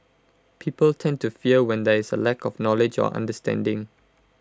people tend to fear when there is A lack of knowledge or understanding